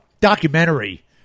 documentary